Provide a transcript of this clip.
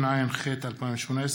האדם אם זה אירוע סגור.